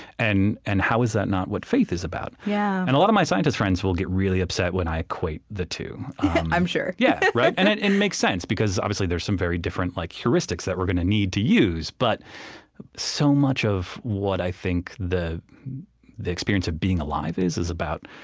and and how is that not what faith is about? yeah and a lot of my scientist friends will get really upset when i equate the two i'm sure yeah right? and it it makes sense, because, obviously, there are some very different like heuristics that we're gonna need to use. but so much of what i think the the experience of being alive is, is about,